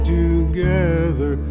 together